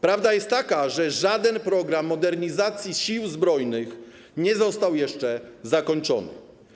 Prawda jest taka, że żaden program modernizacji Sił Zbrojnych nie został jeszcze zakończony.